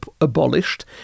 abolished